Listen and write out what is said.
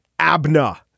ABNA